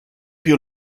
più